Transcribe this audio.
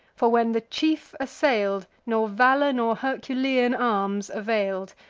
for, when the chief assail'd, nor valor nor herculean arms avail'd,